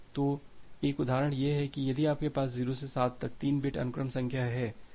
तो एक उदाहरण यह है कि यदि आपके पास 0 से 7 तक 3 बिट अनुक्रम संख्या हैं